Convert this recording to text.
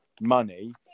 money